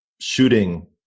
shooting